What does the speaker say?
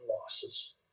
losses